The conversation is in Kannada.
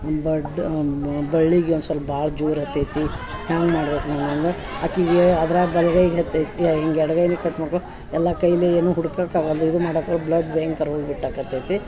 ಒನ್ ಬಡ್ ಬಳ್ಳಿಗಿ ಒನ್ಸೊಲ್ಪ ಭಾಳ್ ಜೋರು ಆತೈತಿ ಹ್ಯಾಂಗ ಮಾಡ್ಬೇಕು ನಮ್ಮಂಗ ಆಕಿಗೆ ಅದ್ರಾಗ ಬಲಗೈಗೆ ಹೆತ್ತೈತ್ ಯ ಹಿಂಗ್ ಎಡಗೈನ ಕಟ್ ಮಾಕೊ ಎಲ್ಲ ಕೈಲಿ ಏನೂ ಹುಡ್ಕಕ್ಕೆ ಆಗಲ್ದು ಇದು ಮಾಡಕ ಬ್ಲಡ್ ಭಯಂಕರ ಹೋಗ್ಬಿಟ್ಟ ಕತ್ತೈತಿ